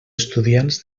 estudiants